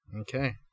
Okay